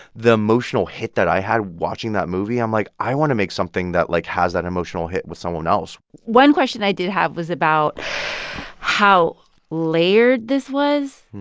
the emotional hit that i had watching that movie, i'm like, i want to make something that, like, has that emotional hit with someone else one question i did have was about how layered this was,